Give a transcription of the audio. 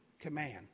command